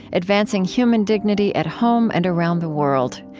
advancing human dignity at home and around the world.